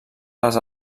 les